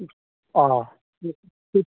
অ